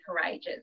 courageous